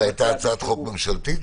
זו הייתה הצעת חוק ממשלתית?